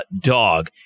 dog